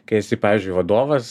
kai esi pavyzdžiui vadovas